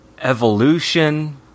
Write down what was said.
evolution